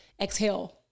exhale